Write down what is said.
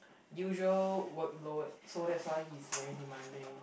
usual workload so that's why he is very demanding